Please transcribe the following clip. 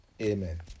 Amen